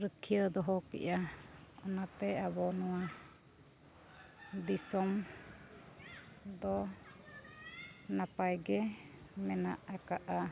ᱨᱩᱠᱷᱤᱭᱟᱹ ᱫᱚᱦᱚ ᱠᱮᱜᱼᱟ ᱚᱱᱟᱛᱮ ᱟᱵᱚ ᱱᱚᱣᱟ ᱫᱤᱥᱚᱢ ᱫᱚ ᱱᱟᱯᱟᱭ ᱢᱮᱱᱟᱜ ᱟᱠᱟᱜᱼᱟ